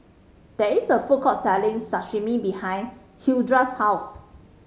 there is a food court selling Sashimi behind Hildred's house